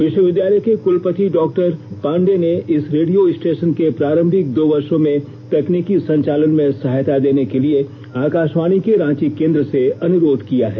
विश्वविद्यालय के कुलपति डॉक्टर पांडेय ने इस रेडियो स्टेशन के प्रारंभिक दो वर्षो में तकनीकी संचालन में सहायता देने के लिए आकाशवाणी के रांची केंद्र से अनुरोध किया है